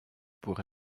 pour